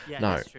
no